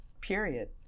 period